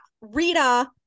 rita